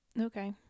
Okay